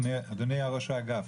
אדוני ראש האגף,